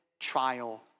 trial